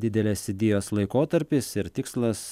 didelės idėjos laikotarpis ir tikslas